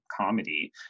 comedy